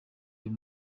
uyu